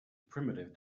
primitive